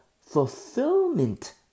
fulfillment